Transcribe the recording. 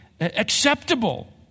acceptable